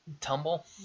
tumble